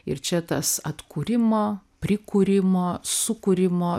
ir čia tas atkūrimo prikūrimo sukūrimo